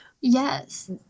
Yes